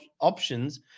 options